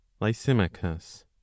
lysimachus